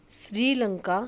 Sri Lanka